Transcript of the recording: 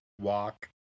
walk